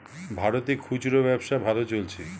ভারতে খুচরা ব্যবসা ভালো চলছে